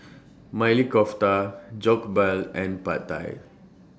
Maili Kofta Jokbal and Pad Thai